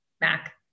Mac